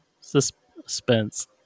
suspense